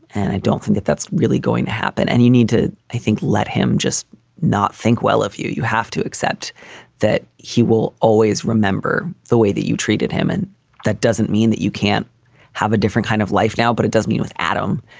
and i don't think that that's really going to happen. and you need to i think, let him just not think well of you. you have to accept that he will always remember the way that you treated him. and that doesn't mean that you can't have a different kind of life now, but it does mean with adam.